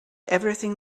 everything